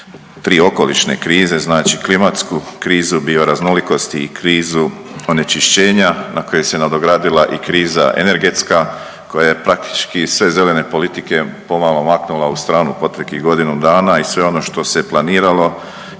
tri okolišne krize znači klimatsku krizu, bioraznolikosti i krizu onečišćenja, na koje se nadogradila i kriza energetska koja je praktički sve zelene politike pomalo maknula u stranu proteklih godinu dana i sve ono što se planiralo